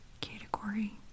category